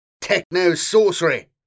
techno-sorcery